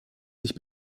sich